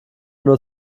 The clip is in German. nur